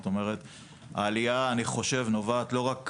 אני חושב שהעלייה נובעת לא רק